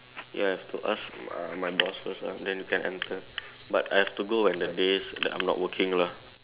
ya I have to ask uh my boss first lah then you can enter but I have to go when the days that I'm not working lah